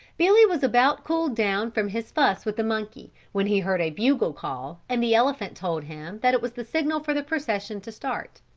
billy was about cooled down from his fuss with the monkey, when he heard a bugle call and the elephant told him that it was the signal for the procession to start.